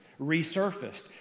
resurfaced